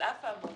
על אף האמור,